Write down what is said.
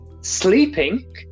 sleeping